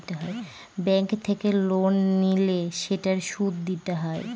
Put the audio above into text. bank থেকে loan নিলে সেটার সুদ দিতে হয়